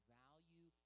value